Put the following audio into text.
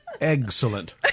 excellent